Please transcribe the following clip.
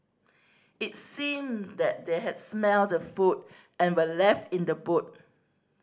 it seemed that they had smelt the food and were left in the boot